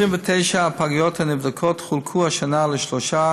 29 הפגיות הנבדקות חולקו השנה לשלושה